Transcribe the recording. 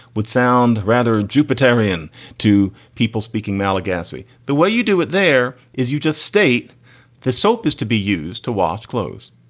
would sound rather jupiter korean to people speaking malagasy. the way you do it there is you just state that soap is to be used to wash clothes.